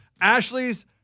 Ashley's